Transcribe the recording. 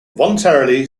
voluntarily